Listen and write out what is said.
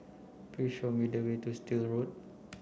please show me the way to Still Road